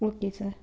okay sir